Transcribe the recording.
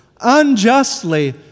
unjustly